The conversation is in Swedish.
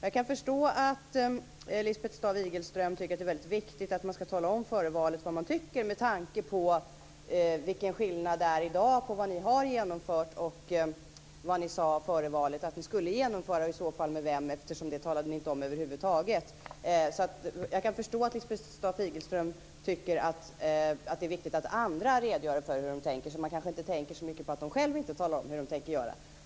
Jag kan förstå att Lisbeth Staaf-Igelström tycker att det är viktigt att man före valet ska tala om vad man tycker med tanke på vilken skillnad det är i dag mellan vad ni har genomfört och vad ni sade före valet att ni skulle genomföra. Vem ni skulle genomföra det med talade ni över huvud taget inte om. Jag kan därför förstå att Lisbeth Staaf-Igelström tycker att det är viktigt att andra redogör för hur de tänker. Men hon tänker kanske inte så mycket på att hon själv inte talar om hur hon tänker göra.